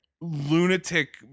lunatic